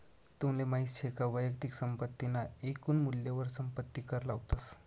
तुमले माहित शे का वैयक्तिक संपत्ती ना एकून मूल्यवर संपत्ती कर लावतस